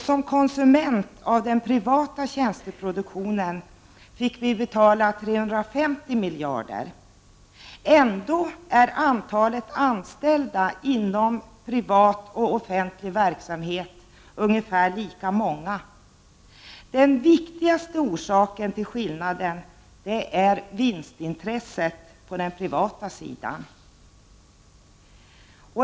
Som konsument av den privata tjänsteproduktionen fick vi betala 350 miljarder. Ändå är antalet anställda inom privat och inom offentlig verksamhet ungefär lika stort. Den viktigaste orsaken till skillnaden är vinstintresset på den privata sidan.